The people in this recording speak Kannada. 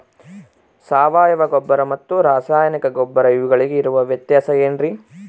ಸಾವಯವ ಗೊಬ್ಬರ ಮತ್ತು ರಾಸಾಯನಿಕ ಗೊಬ್ಬರ ಇವುಗಳಿಗೆ ಇರುವ ವ್ಯತ್ಯಾಸ ಏನ್ರಿ?